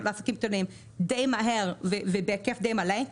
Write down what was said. לעסקים קטנים די מהר ובהיקף די מלא,